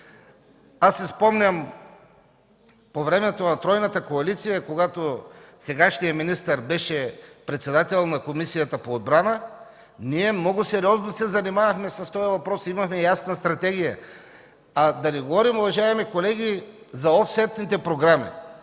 Аз си спомням времето на тройната коалиция, когато сегашният министър беше председател на Комисията по отбрана, ние много сериозно се занимавахме с въпроса, имахме ясна стратегия. Да не говорим, уважаеми колеги, за офсетните програми.